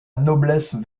noblesse